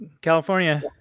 California